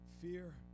Fear